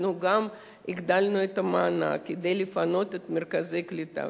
אנחנו גם הגדלנו את המענק כדי לפנות את מרכזי הקליטה.